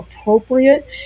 appropriate